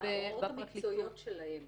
ההוראות המקצועיות שלהם